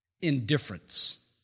Indifference